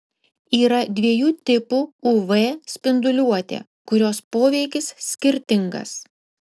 yra dviejų tipų uv spinduliuotė kurios poveikis skirtingas